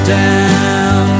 down